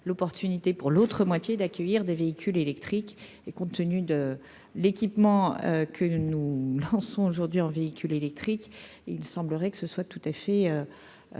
l'opportunité pour l'autre moitié d'accueillir des véhicules électriques et compte tenu de l'équipement que nous lançons aujourd'hui en véhicules électriques et il semblerait que ce soit tout à fait